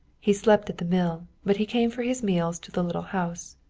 he slept at the mill, but he came for his meals to the little house.